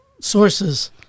sources